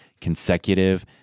consecutive